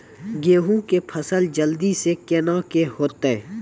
गेहूँ के फसल जल्दी से के ना होते?